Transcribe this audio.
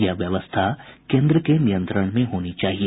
यह व्यवस्था केन्द्र के नियंत्रण में होनी चाहिए